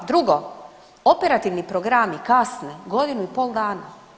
Drugo, operativni programi kasne godinu i pol dana.